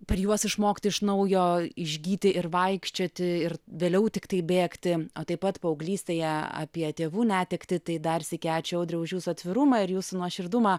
per juos išmokti iš naujo išgyti ir vaikščioti ir vėliau tiktai bėgti o taip pat paauglystėje apie tėvų netektį tai darsykį ačiū audriau už jūsų atvirumą ir jūsų nuoširdumą